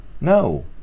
No